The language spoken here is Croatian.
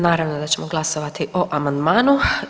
Naravno da ćemo glasovati o amandmanu.